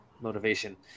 Motivation